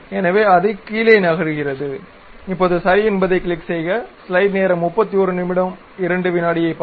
எனவே அது கீழே நகர்கிறது இப்போது சரி என்பதைக் கிளிக் செய்க